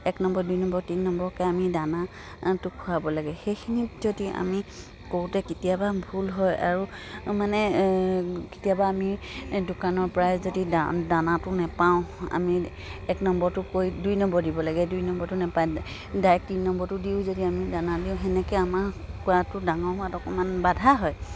এক নম্বৰ দুই নম্বৰ তিনি নম্বৰকৈ আমি দানাটো খোৱাব লাগে সেইখিনিত যদি আমি কৰোঁতে কেতিয়াবা ভুল হয় আৰু মানে কেতিয়াবা আমি দোকানৰ পৰাই যদি দা দানাটো নাপাওঁ আমি এক নম্বৰটো কৈ দুই নম্বৰ দিব লাগে দুই নম্বৰটো নাপায় ডাইৰেক্ট তিনি নম্বৰটো দিওঁ যদি আমি দানা দিওঁ তেনেকৈ আমাৰ কুকৰাটো ডাঙৰ হোৱাত অকণমান বাধা হয়